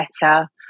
better